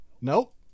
Nope